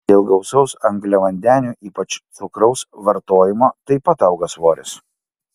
dėl gausaus angliavandenių ypač cukraus vartojimo taip pat auga svoris